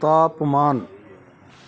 ਤਾਪਮਾਨ